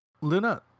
Luna